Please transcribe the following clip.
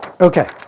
Okay